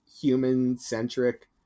human-centric